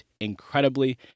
incredibly